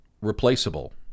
replaceable